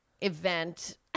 event